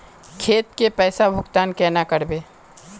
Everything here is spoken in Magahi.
खेत के पैसा भुगतान केना करबे?